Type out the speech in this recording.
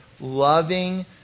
loving